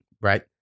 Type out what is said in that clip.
Right